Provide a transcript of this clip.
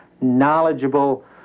knowledgeable